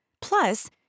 Plus